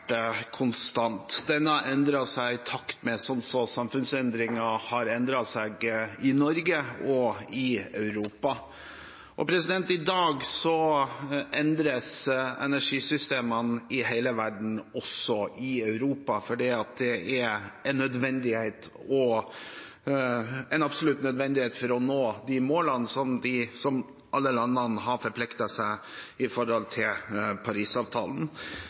konstant. Den har endret seg i takt med samfunnsendringene i Norge og i Europa. I dag endres energisystemene i hele verden, også i Europa, fordi det er en absolutt nødvendighet for å nå de målene som alle landene har forpliktet seg til i